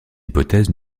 hypothèse